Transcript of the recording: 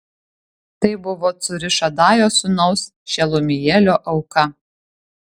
tai buvo cūrišadajo sūnaus šelumielio auka